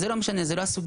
זה לא משנה, זה לא הסוגייה.